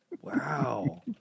Wow